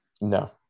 No